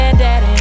daddy